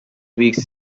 weeks